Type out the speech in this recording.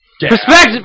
Perspective